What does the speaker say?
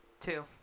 Two